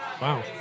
Wow